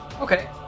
Okay